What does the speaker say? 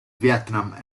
vietnam